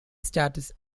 status